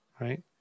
right